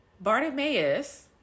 Bartimaeus